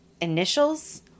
initials